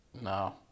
No